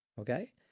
okay